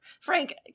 Frank